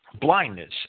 blindness